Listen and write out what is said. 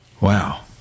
wow